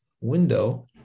window